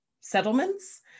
settlements